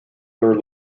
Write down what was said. their